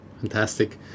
Fantastic